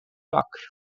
loch